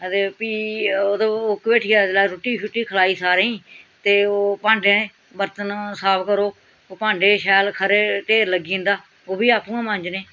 आं ते फ्ही ओह्की भेठिया रुट्टी शट्टी खलाई सारें ते ओह् भांडे बरतन साफ करो भांडे शैल खरे ढेर लग्गी जंदा ओह् बी आपूं गै मांजने